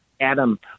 Adam